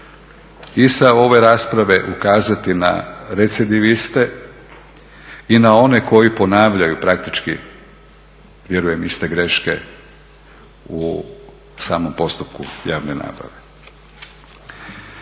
i sa ove rasprave ukazati na recidiviste i na one koji ponavljaju praktički vjerujem iste greške u samom postupku javne nabave.